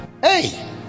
Hey